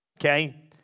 okay